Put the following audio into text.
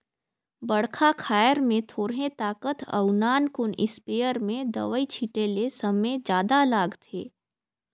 बड़खा खायर में थोरहें ताकत अउ नानकुन इस्पेयर में दवई छिटे ले समे जादा लागथे